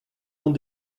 dans